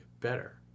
better